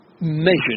Measured